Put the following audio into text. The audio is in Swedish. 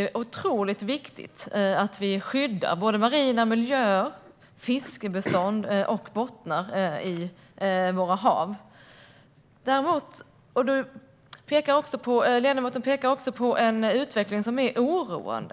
är otroligt viktigt att vi skyddar marina miljöer, fiskebestånd och bottnar i våra hav. Ledamoten pekar på en utveckling som är oroande.